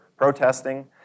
protesting